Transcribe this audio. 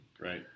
Right